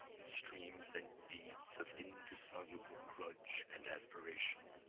in streams and beads of indissoluble grudge and aspiration,